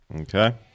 Okay